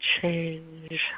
change